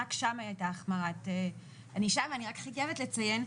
רק שם הייתה החמרת ענישה ואני רק חייבת לציין,